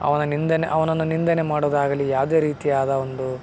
ಅವನ ನಿಂದನೆ ಅವನನ್ನ ನಿಂದನೆ ಮಾಡೋದಾಗಲಿ ಯಾವುದೇ ರೀತಿಯಾದ ಒಂದು